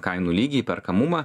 kainų lygį įperkamumą